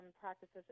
practices